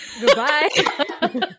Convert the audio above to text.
Goodbye